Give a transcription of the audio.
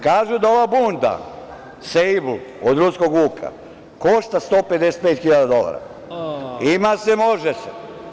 Kažu da ova budna „sejbl“ od ruskog vuka košta 155 hiljada dolara, ima se može se.